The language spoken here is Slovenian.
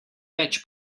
več